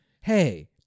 hey